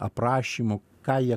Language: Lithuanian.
aprašymo ką jie